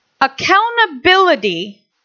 Accountability